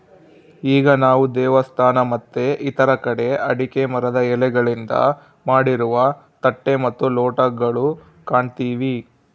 ಈಗ ನಾವು ದೇವಸ್ಥಾನ ಮತ್ತೆ ಇತರ ಕಡೆ ಅಡಿಕೆ ಮರದ ಎಲೆಗಳಿಂದ ಮಾಡಿರುವ ತಟ್ಟೆ ಮತ್ತು ಲೋಟಗಳು ಕಾಣ್ತಿವಿ